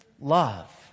love